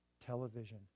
television